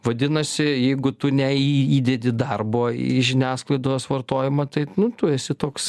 vadinasi jeigu tu neįdedi darbo į žiniasklaidos vartojimą tai nu tu esi toks